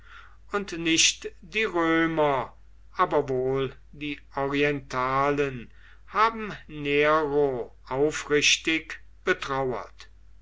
und nicht die römer aber wohl die orientalen haben nero aufrichtig betrauert